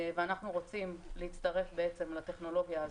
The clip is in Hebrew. ואנחנו רוצים להצטרף לטכנולוגיה הזו.